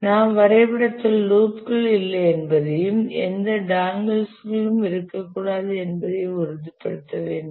நாம் வரைபடத்தில் லூப்புகள் இல்லை என்பதையும் எந்த டாங்கிள்ஸ் களும் இருக்கக்கூடாது என்பதையும் உறுதிப்படுத்த வேண்டும்